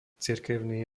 cirkevný